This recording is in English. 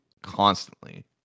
constantly